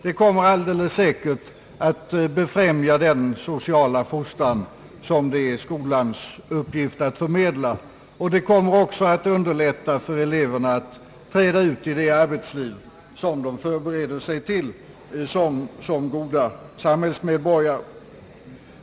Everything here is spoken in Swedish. Det kommer alldeles säkert att befrämja den sociala fostran som det är skolans uppgift att förmedla, och det kommer också att underlätta för eleverna att som goda samhällsmedborgare träda ut i det arbetsliv som de förbereder sig för.